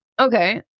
Okay